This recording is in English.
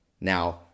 Now